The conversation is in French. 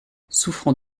souffrant